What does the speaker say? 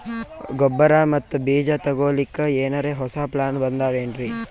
ಗೊಬ್ಬರ ಮತ್ತ ಬೀಜ ತೊಗೊಲಿಕ್ಕ ಎನರೆ ಹೊಸಾ ಪ್ಲಾನ ಬಂದಾವೆನ್ರಿ?